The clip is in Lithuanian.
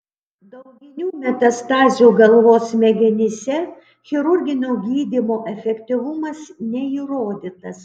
dauginių metastazių galvos smegenyse chirurginio gydymo efektyvumas neįrodytas